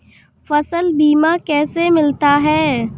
फसल बीमा कैसे मिलता है?